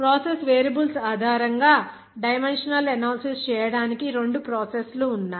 process variables ఆధారంగా dimensional analysis చేయడానికి రెండు ప్రాసెస్లు ఉన్నాయి